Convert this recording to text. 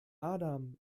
adam